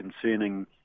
concerning